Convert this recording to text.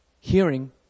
hearing